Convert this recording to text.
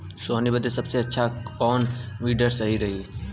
सोहनी बदे सबसे अच्छा कौन वीडर सही रही?